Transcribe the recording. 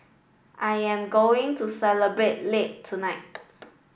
I am going to celebrate late tonight